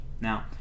Now